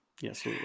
Yes